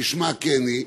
כשמה כן היא,